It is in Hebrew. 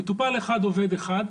מטופל אחד עובד אחד.